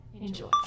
Enjoy